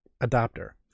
adapter